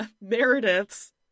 Meredith's